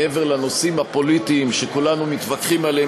מעבר לנושאים הפוליטיים שכולנו מתווכחים עליהם,